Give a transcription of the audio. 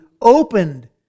opened